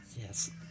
Yes